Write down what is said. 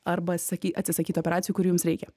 arba saky atsisakyt operacijų kurių jums reikia